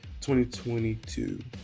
2022